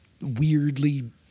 weirdly